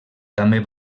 també